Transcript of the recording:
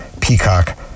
peacock